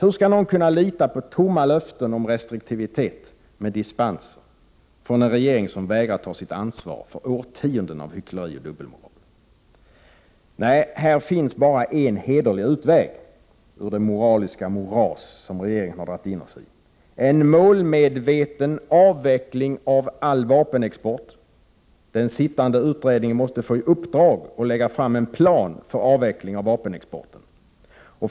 Hur skall någon kunna lita på tomma löften om restriktivitet med dispenser från en regering som vägrar att ta sitt ansvar för årtionden av hyckleri och dubbelmoral? Nej, här finns bara en hederlig utväg ur det moraliska moras som regeringen dragit oss in i: en målmedveten avveckling av all vapenexport. Den sittande utredningen måste få i uppdrag att lägga fram en plan för avveckling av vapenexporten.